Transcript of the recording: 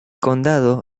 condado